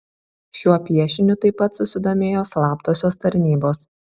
šiuo piešiniu taip pat susidomėjo slaptosios tarnybos